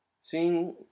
seeing